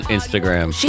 Instagram